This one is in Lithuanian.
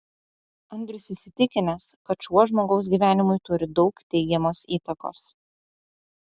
andrius įsitikinęs kad šuo žmogaus gyvenimui turi daug teigiamos įtakos